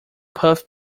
puff